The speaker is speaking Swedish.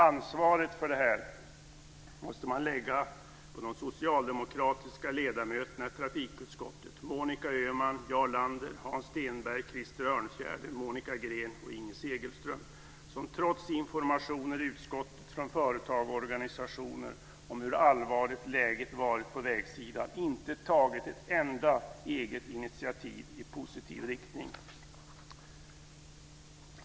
Ansvaret för det här måste man lägga på de socialdemokratiska ledamöterna i trafikutskottet, Monica Öhman, Jarl Lander, Hans Stenberg, Krister Örnfjäder, Monica Green och Inger Segelström, som trots informationer i utskottet från företag och organisationer om hur allvarligt läget varit på vägsidan inte tagit ett enda eget initiativ i positiv riktning.